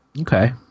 Okay